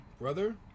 Brother